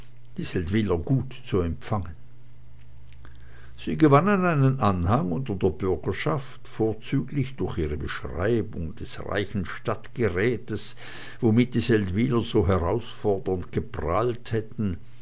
die seldwyler gut zu empfangen sie gewannen einen anhang unter der bürgerschaft vorzüglich durch ihre beschreibung des reichen stadtgerätes womit die seldwyler so herausfordernd geprahlt hätten